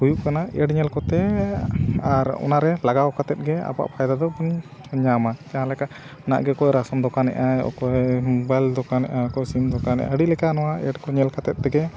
ᱦᱩᱭᱩᱜ ᱠᱟᱱᱟ ᱮᱰ ᱧᱮᱞ ᱠᱚᱛᱮ ᱟᱨ ᱚᱱᱟᱨᱮ ᱞᱟᱜᱟᱣ ᱠᱟᱛᱮ ᱜᱮ ᱟᱵᱚᱣᱟᱜ ᱯᱷᱟᱭᱫᱟ ᱫᱚ ᱧᱟᱢᱟ ᱡᱟᱦᱟᱸ ᱞᱮᱠᱟ ᱱᱟᱜ ᱜᱮ ᱚᱠᱚᱭ ᱨᱟᱥᱚᱱ ᱫᱚᱠᱟᱱᱮᱜᱼᱟ ᱚᱠᱚᱭ ᱢᱚᱵᱟᱭᱤᱞ ᱫᱚᱠᱟᱱᱮᱜᱼᱟ ᱚᱠᱚᱭ ᱥᱤᱢ ᱫᱚᱠᱟᱱᱮᱜᱼᱟ ᱟᱹᱰᱤ ᱞᱮᱠᱟ ᱱᱚᱣᱟ ᱮᱰ ᱠᱚ ᱧᱮᱞ ᱠᱟᱛᱮ ᱜᱮ